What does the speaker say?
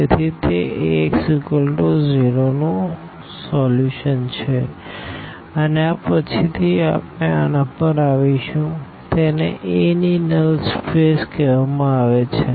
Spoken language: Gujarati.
તેથી તે Ax0 નો સોલ્યુશન છે અને આ પછીથી આપણે આના પર આવીશું તેને a ની નલ સ્પેસ કહેવામાં આવે છે